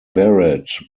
barrett